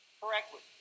correctly